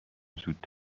زود